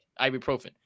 ibuprofen